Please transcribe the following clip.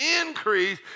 increase